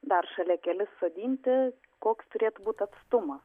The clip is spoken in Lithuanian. dar šalia kelis sodinti koks turėtų būt atstumas